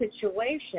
situation